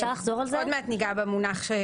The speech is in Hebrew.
עוד מעט ניגע במונח.